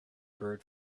bird